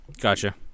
Gotcha